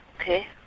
okay